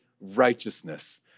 righteousness